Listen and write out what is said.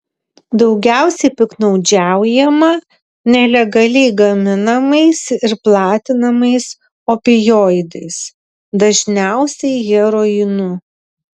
daugiausiai piktnaudžiaujama nelegaliai gaminamais ir platinamais opioidais dažniausiai heroinu